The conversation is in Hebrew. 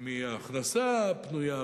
מההכנסה הפנויה,